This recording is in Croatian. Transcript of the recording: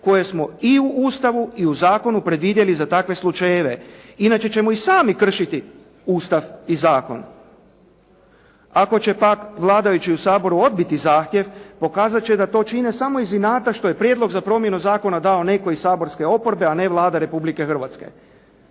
koje smo i u Ustavu i u zakonu predvidjeli za takve slučajeve. Inače ćemo i sami kršiti Ustav i zakon. Ako će pak i vladajući u Saboru odbiti zahtjev, pokazat će da to čine samo iz inata što je prijedlog za promjenu zakona dao iz saborske oporbe, a ne Vlada Republike Hrvatske.